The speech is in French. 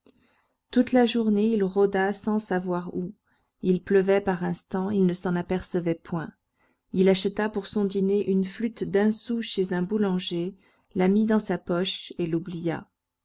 toute la journée il rôda sans savoir où il pleuvait par instants il ne s'en apercevait point il acheta pour son dîner une flûte d'un sou chez un boulanger la mit dans sa poche et l'oublia